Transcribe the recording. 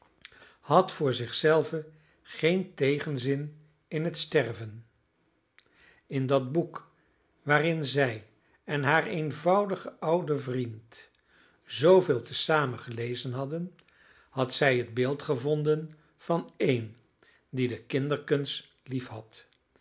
had voor zich zelve geen tegenzin in het sterven in dat boek waarin zij en haar eenvoudige oude vriend zooveel te zamen gelezen hadden had zij het beeld gevonden van een die de kinderkens liefhad